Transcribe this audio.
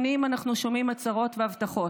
שנים אנחנו שומעים הצהרות והבטחות.